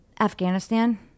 Afghanistan